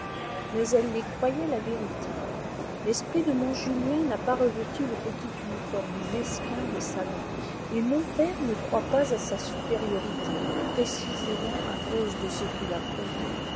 mais elle les croyait la vérité l'esprit de mon julien n'a pas revêtu le petit uniforme mesquin des salons et mon père ne croit pas à sa supériorité précisément à cause de ce qui